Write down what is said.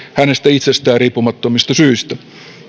hänestä itsestään riippumattomista syistä